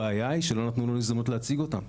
הבעיה היא שלא נתנו לנו הזדמנות להציג אותן.